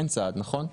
אין סעד נכון?